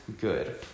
good